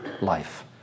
life